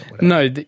no